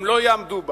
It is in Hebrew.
הם לא יעמדו בה,